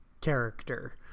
character